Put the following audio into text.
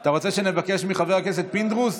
אתה רוצה שנבקש מחבר הכנסת פינדרוס?